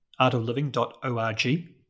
artofliving.org